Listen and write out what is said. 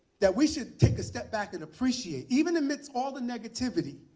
that we should take a step back and appreciate even amidst all the negativity,